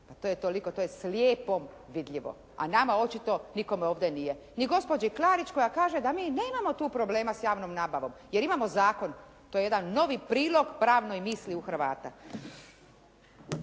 to je toliko, to je slijepo vidljivo. A nama očito nikome ovdje nije. Ni gospođi Klarić koja kaže da mi nemamo tu problema s javnom nabavom jer imamo zakon. To je jedan novi prilog pravnoj misli u Hrvata.